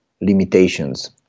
limitations